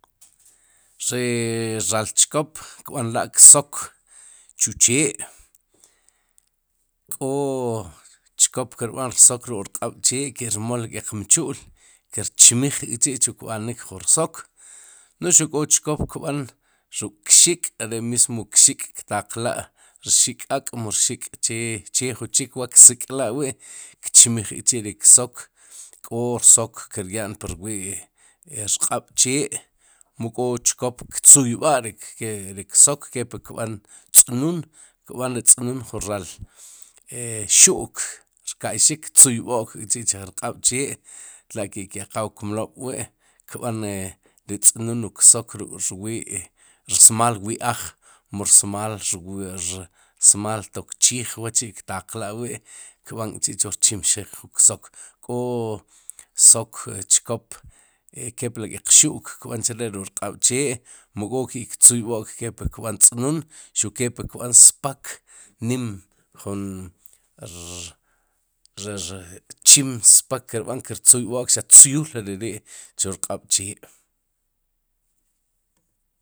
Ri k'o chkop rii ki'b'inik no'j xuq k'o chkop k'o chkop rech q'oos y k'o chkop rec jaay kum awaj ri ki'rumumik rech jaay uche kó ri keej, xuq ke ke chiij xuq ke ke ak' rii ki' kirumumik uche más ki rumumik ke'tz'i' kum nim ki rumumik nu'j ri más kir chij kb'inik uche are ri keej tlo', ajwi'ri chkop rech jyub' uche más kch'ikpnik ri musaat kum nim kch'ikpnik ri ri' are re ri ri chkop iqilmaj wre', musaat uche xuq ke ke ri sji'l nim ki'b'inik xuq ke ri imul kch'ikpnik ri imul ri ki ranij ket tchoptaj taq jun imul, bayri ri chkop qa qas ki'b'inik uche qa kch'ij ki'b'inik uche qa ki rch'ij kb'inik ri kuch si xib'al jun rchomal ju kuch qa kb'inik kraj chreri xtiq t'unajb'ik rech xtb'inik mu xqeqajb'ik are ke ri ri qa kch'ij ki'bínik xuq ke ke chooj qa qas ke chooj ki b'inik xuq ke keq paat kb'ixik chke qa qas ki'b'inik keri nim.